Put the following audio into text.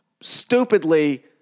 stupidly